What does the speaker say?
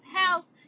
house